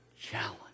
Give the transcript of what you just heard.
challenge